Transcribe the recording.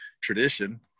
tradition